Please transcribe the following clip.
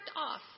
off